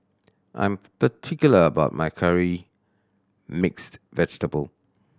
I'm particular about my Curry Mixed Vegetable